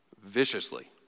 viciously